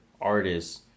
artists